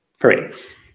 Great